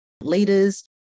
leaders